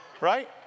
right